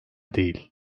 değil